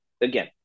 again